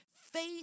Faith